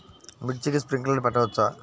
మిర్చికి స్ప్రింక్లర్లు పెట్టవచ్చా?